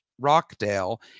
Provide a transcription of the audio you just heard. Rockdale